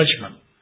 judgment